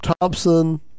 Thompson